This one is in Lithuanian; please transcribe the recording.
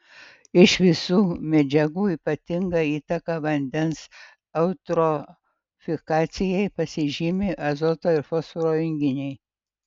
iš visų medžiagų ypatinga įtaka vandens eutrofikacijai pasižymi azoto ir fosforo junginiai